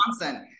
Johnson